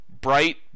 bright